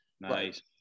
Nice